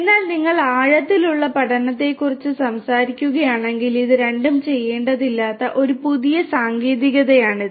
എന്നാൽ നിങ്ങൾ ആഴത്തിലുള്ള പഠനത്തെക്കുറിച്ച് സംസാരിക്കുകയാണെങ്കിൽ ഇത് രണ്ടും ചെയ്യേണ്ടതില്ലാത്ത ഒരു പുതിയ സാങ്കേതികതയാണിത്